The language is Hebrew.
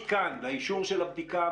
מכאן האישור של הבדיקה,